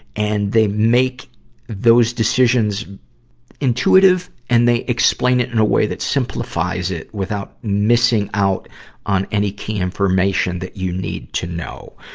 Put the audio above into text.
and they make those decisions intuitive and they explain it in a way that simplifies it without missing out on any key information that you need to know.